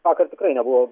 vakar tikrai nebuvo